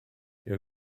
your